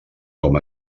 com